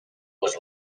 was